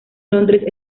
londres